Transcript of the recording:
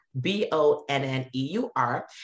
b-o-n-n-e-u-r